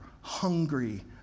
hungry